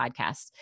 podcast